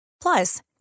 Plus